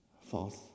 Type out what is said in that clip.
False